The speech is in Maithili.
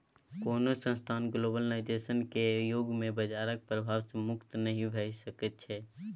कोनो संस्थान ग्लोबलाइजेशन केर युग मे बजारक प्रभाव सँ मुक्त नहि भऽ सकै छै